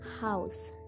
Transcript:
house